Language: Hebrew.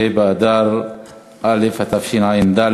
ה' באדר א' התשע"ד,